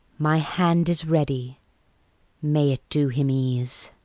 my hand is ready may it do him ease.